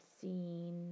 seen